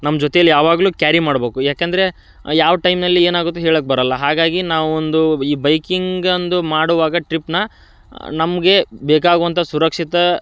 ನಮ್ಮ ಜೊತೆಯಲ್ಲಿ ಯಾವಾಗಲೂ ಕ್ಯಾರಿ ಮಾಡ್ಬೇಕು ಏಕಂದ್ರೆ ಯಾವ ಟೈಮ್ನಲ್ಲಿ ಏನಾಗುತ್ತೆ ಹೇಳಕ್ಕೆ ಬರಲ್ಲ ಹಾಗಾಗಿ ನಾವೊಂದು ಈ ಬೈಕಿಂಗಿಂದು ಮಾಡುವಾಗ ಟ್ರಿಪ್ಪನ್ನ ನಮಗೆ ಬೇಕಾಗುವಂಥ ಸುರಕ್ಷಿತ